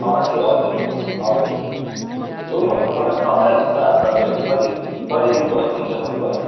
हजुर हजुर हजुर रुमहरू त सबै सफाइ हुन्छ अब तपाईँहरू कति कति दिन बस्नुहुन्छ भन्नुभयो